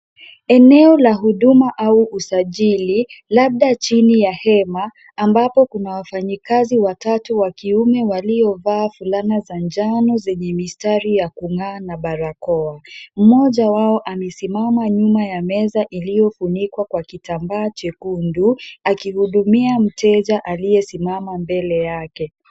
Eneo la huduma au usajili labda chini ya hema ambapo kuna wafanyi kazi watatu wa kiume waliovaa fulana za njano zenye mistari ya kung'aa na barakao. Moja wao amesimama nyuma ya meza uliofunikwa kwa kitambaa chekundu akihudumia mteja aliyesimama mbele yake.